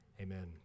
Amen